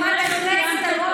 כנראה לא סיימת אותו.